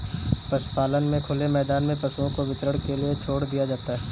पशुपालन में खुले मैदान में पशुओं को विचरण के लिए छोड़ दिया जाता है